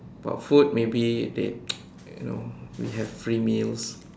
but food maybe they you know we have free meals